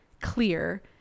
clear